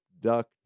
duck